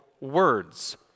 words